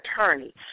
attorney